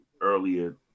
earlier